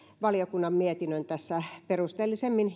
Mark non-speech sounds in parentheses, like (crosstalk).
valiokunnan mietinnön tässä hieman perusteellisemmin (unintelligible)